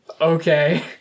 Okay